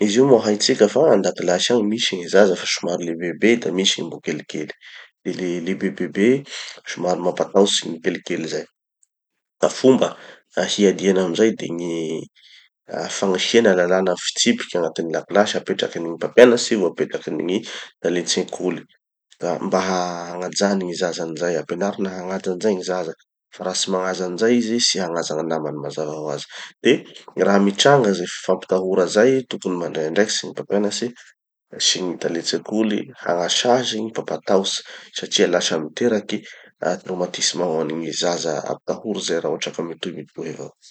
Izy io moa haitsika fa andakilasy agny misy gny zaza fa somary lebebebe da misy gny mbo kelikely. De le lebebebebe somary mampatahotsy gny kelikely zay. Ah fomba hiadiana amizay de gny fagnasiana lalàna fitsipiky agnatin'ny lakilasy apetrakin'ny gny mpampianatsy no apetrakin'ny gny talen-tsekoly. Da mba ha- hagnajan'ny gny zaza anizay, apenarina hagnaja anizay gny zaza fa raha tsy magnaja anizay izy, tsy hagnaja gny namany mazava hoazy. De, raha mitranga ze fampitahora zay, tokony mandray andraikitsy gny mpampianatsy sy gny talen-tsekoly, hagnasazy gny mpampatahotsy satria miteraky ah traumatisme ho an'ny gny zaza ampitahory zay raha hotraka mitohimitohy avao.